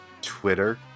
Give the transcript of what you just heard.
Twitter